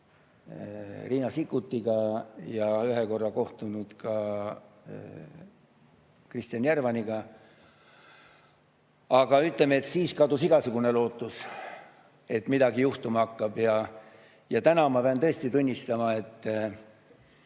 Riina Sikkutiga ja ühe korra kohtunud ka Kristjan Järvaniga. Aga ütleme, et siis kadus igasugune lootus, et midagi juhtuma hakkab. Täna ma pean tõesti tunnistama, et